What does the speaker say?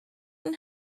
and